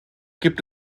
gibt